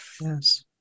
Yes